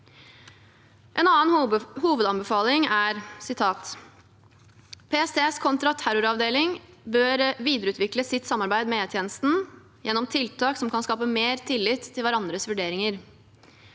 En annen hovedanbefaling er: «PSTs kontraterroravdeling bør videreutvikle sitt samarbeid med E-tjenesten gjennom tiltak som kan skape mer tillit til hverandres vurderinger.